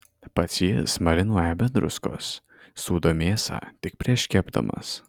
pats jis marinuoja be druskos sūdo mėsą tik prieš kepdamas